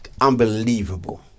Unbelievable